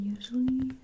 Usually